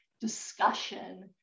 discussion